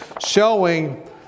showing